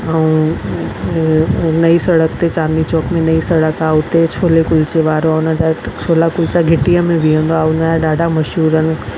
ऐं नईं सड़क ते चांदनी चौक में नईं सड़क आहे उते छोले कुल्चे वारो आहे उन जा छोला कुल्चा घिटीअ में बीहंदो आहे उन जा ॾाढा मशहूरु आहिनि